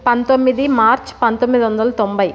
పంతొమ్మిది మార్చ్ పంతొమ్మిది వందల తొంభై